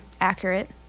accurate